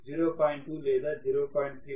2 లేదా 0